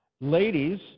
ladies